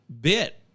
bit